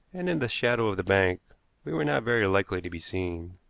and in the shadow of the bank we were not very likely to be seen.